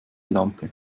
lampe